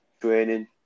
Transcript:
training